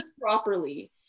properly